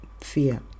fear